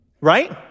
right